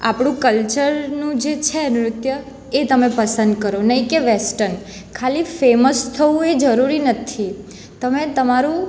આપણું કલ્ચરનું જે છે નૃત્ય એ તમે પસંદ કરો નહીં કે વેસ્ટન ખાલી ફેમસ થવું એ જરૂરી નથી તમે તમારું